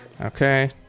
Okay